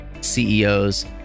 CEOs